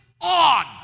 on